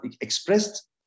expressed